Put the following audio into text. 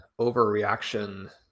overreaction